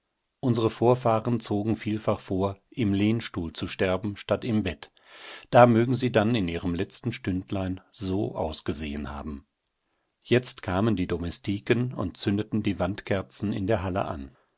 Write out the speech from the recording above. unsere vorfahren zogen vielfach vor im lehnstuhl zu sterben statt im bett da mögen sie dann in ihrem letzten stündlein so ausgesehen haben jetzt kamen die domestiken und zündeten die wandkerzen in der halle an